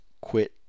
quit